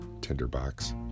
tinderbox